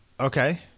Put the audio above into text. Okay